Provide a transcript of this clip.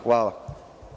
Hvala.